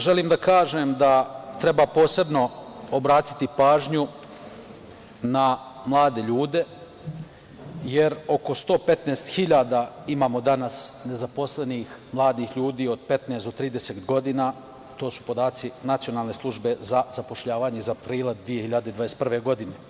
Želim da kažem da treba posebno obratiti pažnju na mlade ljude, jer oko 115 hiljada imamo danas nezaposlenih mladih ljudi, od 15 do 30 godina, to su podaci Nacionalne službe za zapošljavanje iz aprila 2021. godine.